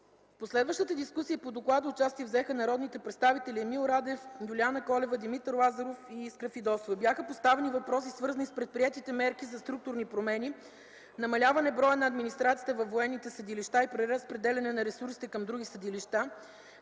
последващата дискусия по доклада участие взеха народните представители Искра Фидосова, Емил Радев, Юлиана Колева и Димитър Лазаров. Бяха поставени въпроси, свързани с предприетите мерки за структурни промени, намаляване броя на администрацията във военните съдилища и преразпределяне на ресурсите към други съдилища.